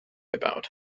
about